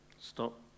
Stop